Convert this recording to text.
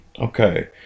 okay